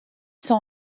sont